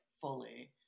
fully